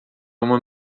uma